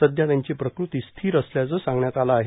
सध्या त्यांची प्रकृती स्थिर असल्याचं सांगण्यात आलं आहे